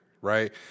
right